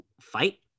fight